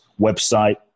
website